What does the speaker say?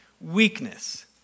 weakness